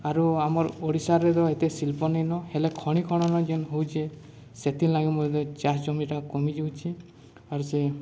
ଆରୁ ଆମର ଓଡ଼ିଶାରେ ତ ଏତେ ଶିଳ୍ପନୀନ ହେଲେ ଖଣି ଖନନ ଯେନ୍ ହେଉଛେ ସେଥିର୍ ଲାଗି ମୁଇଁ ଚାଷ ଜମିଟା କମିଯାଉଛେ ଆରୁ ସେ